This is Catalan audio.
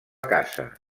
casa